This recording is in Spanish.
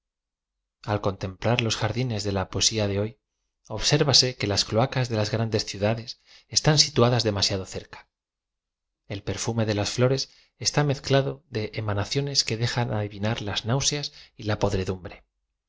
l contemplar los jardines de la poesía de hoy ob sérvase que las cloacas de laa grandes ciudades están situadas demasiado cerca el perfume de laa flores está mezclado de emasacioe que dejan adivinar tas náu seas y la podredumbre